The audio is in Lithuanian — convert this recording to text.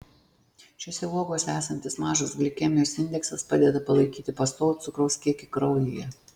šiose uogose esantis mažas glikemijos indeksas padeda palaikyti pastovų cukraus kiekį kraujyje